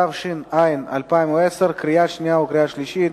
התש"ע 2010, קריאה שנייה וקריאה שלישית.